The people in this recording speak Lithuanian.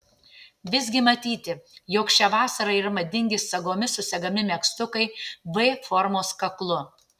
visgi matyti jog šią vasarą yra madingi sagomis susegami megztukai v formos kaklu